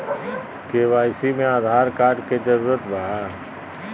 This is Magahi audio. के.वाई.सी में आधार कार्ड के जरूरत बा?